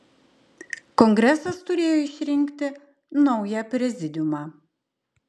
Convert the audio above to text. kongresas turėjo išrinkti naują prezidiumą